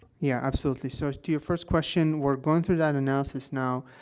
yeah, absolutely. so, to your first question, we're going through that analysis now.